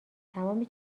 تمام